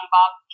Bob